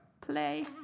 Play